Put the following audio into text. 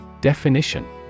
Definition